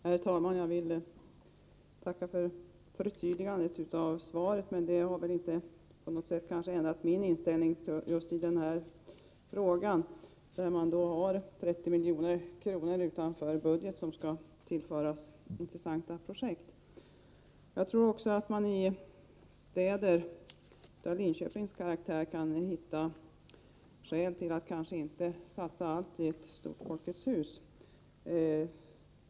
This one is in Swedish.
Herr talman! Jag vill tacka för förtydligandet av svaret, men det har inte på något sätt ändrat min inställning när det gäller dessa 30 milj.kr. utanför budgeten som skulle tillföras intressanta projekt. Jag tror också att man i städer av Linköpings karaktär kan hitta skäl till att inte satsa allt på ett stort Folkets hus.